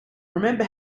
remember